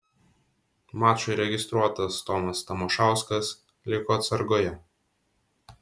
mačui registruotas tomas tamošauskas liko atsargoje